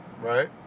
right